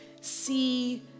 see